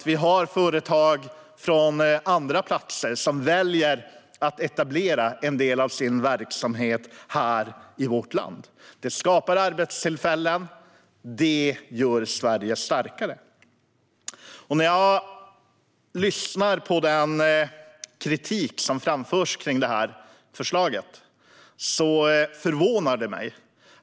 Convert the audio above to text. Vi har företag från andra platser som väljer att etablera en del av sin verksamhet här i vårt land. Detta skapar arbetstillfällen och gör Sverige starkare. När jag lyssnar på den kritik som framförs mot det här förslaget förvånar den mig.